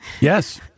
Yes